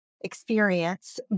experience